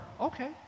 Okay